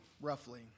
roughly